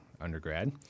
undergrad